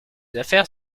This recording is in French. affaires